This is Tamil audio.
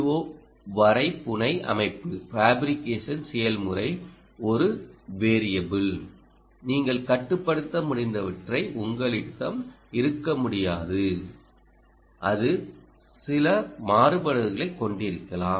ஓ வரைபுனையமைப்பு செயல்முறை ஒரு வேரியபிள் நீங்கள் கட்டுப்படுத்த முடிந்தவரை உங்களிடம் இருக்க முடியாது அது சில மாறுபாடுகளைக் கொண்டிருக்கலாம்